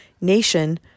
nation